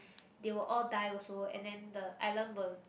they will all die also and then the island will